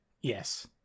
Yes